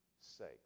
sake